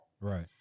right